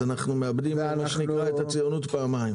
אז אנחנו מאבדים את הציונות פעמיים.